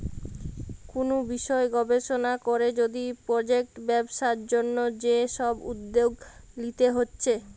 কুনু বিষয় গবেষণা কোরে যদি প্রজেক্ট ব্যবসার জন্যে যে সব উদ্যোগ লিতে হচ্ছে